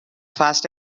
fast